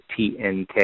TNK